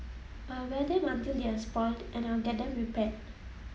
I'll wear them until they're spoilt and I'll get them repaired